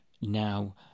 now